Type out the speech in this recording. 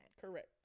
correct